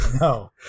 No